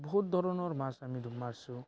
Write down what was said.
বহুত ধৰণৰ মাছ আমি ধৰো